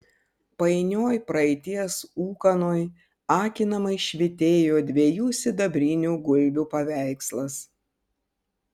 painioj praeities ūkanoj akinamai švytėjo dviejų sidabrinių gulbių paveikslas